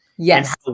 Yes